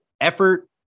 Effort